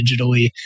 digitally